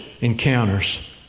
encounters